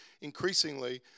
increasingly